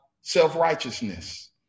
self-righteousness